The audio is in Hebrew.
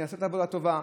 נעשית עבודה טובה,